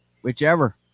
whichever